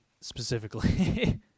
specifically